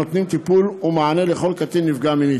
הנותנים טיפול ומענה לכל קטין נפגע מינית.